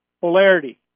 polarity